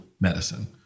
medicine